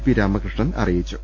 P Ramakrishnan അറിയിച്ചു